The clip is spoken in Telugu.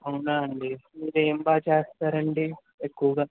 అవునా అండీ మీరేం బాగా చేస్తారండీ ఎక్కువగా